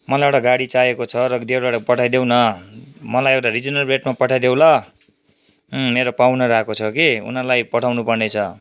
मलाई एउटा गाडी चाहिएको छ डेलोमा र पठाइदेऊ न मलाई एउटा रिजनेबल रेटमा पठाइदेऊ ल मेरो पाहुनाहरू आएको छ कि उनीहरूलाई पठाउनु पर्ने छ